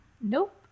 Nope